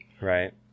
right